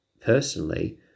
personally